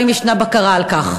4. האם יש בקרה על כך?